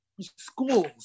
schools